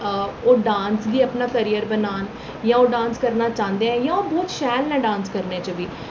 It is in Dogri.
ओह् डांस गी अपना कैरियर बनाना जां ओह् डांस करना चांह्दे ऐ जां ओह् बहुत शैल न डांस करने च बी